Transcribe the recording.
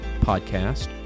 podcast